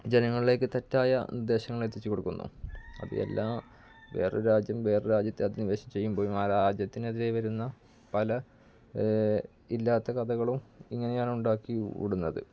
ജനങ്ങളിലേക്ക് തെറ്റായ നിർദ്ദേശങ്ങള് എത്തിച്ചു കൊടുക്കുന്നു അപ്പോൾ എല്ലാ വേറൊരു രാജ്യം വേറൊരു രാജ്യത്തെ അധിനിവേശം ചെയ്യും പോവും ആ രാജ്യത്തിനെതിരെ വരുന്ന പല ഇല്ലാത്ത കഥകളും ഇങ്ങനെയാണ് ഉണ്ടാക്കി വിടുന്നത്